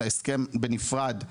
זה ההסכם בנפרד,